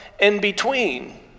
in-between